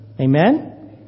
Amen